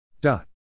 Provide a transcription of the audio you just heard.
Dot